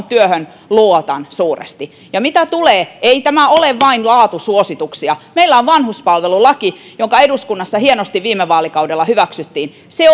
työhön luotan suuresti ja mitä tulee suosituksiin ei tämä ole vain laatusuosituksia meillä on vanhuspalvelulaki joka eduskunnassa hienosti viime vaalikaudella hyväksyttiin se